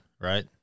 right